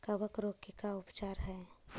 कबक रोग के का उपचार है?